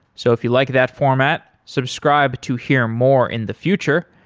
so if you like that format, subscribe to hear more in the future.